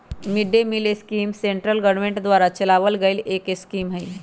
mid day meal scheme central government द्वारा चलावल गईल एक स्कीम हई